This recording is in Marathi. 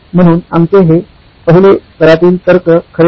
म्हणून आमचे हे पहिले स्तरातील तर्क खरे होते